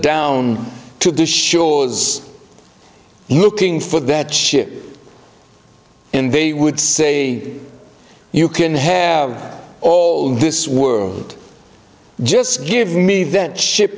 down to the shores looking for that ship and they would say you can have all this world just give me that ship